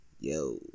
Yo